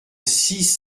six